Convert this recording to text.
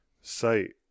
site